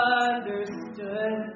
understood